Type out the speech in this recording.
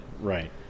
Right